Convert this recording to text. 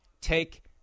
take